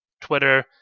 Twitter